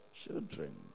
children